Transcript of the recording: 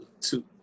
two